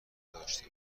داشته